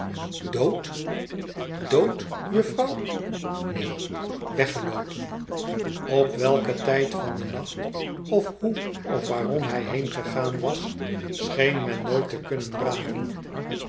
dood dood jufvrouw neen weggeloopen op welken tijd van den nacht of hoe of waarom hij heengegaan was scheen men nooit te kunnen raden